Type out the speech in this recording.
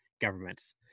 governments